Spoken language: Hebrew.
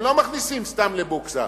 הם לא מכניסים סתם לבוקסה,